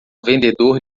vendedor